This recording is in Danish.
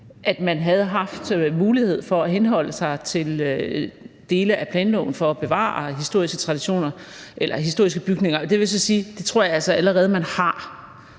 smadret, havde haft mulighed for at henholde sig til dele af planloven for at bevare historiske bygninger, og det vil så sige, at det tror jeg allerede man har.